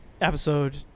episode